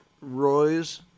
Roy's